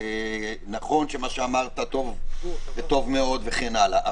נכון שמה שאמרת טוב וטוב מאוד וכן הלאה,